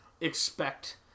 expect